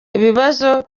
ibibazo